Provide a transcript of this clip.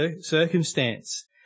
circumstance